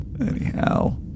Anyhow